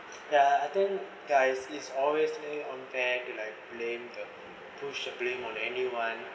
ya and then guys it's always and blame the push the blame on anyone